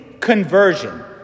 conversion